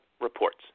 reports